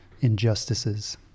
injustices